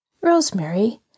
Rosemary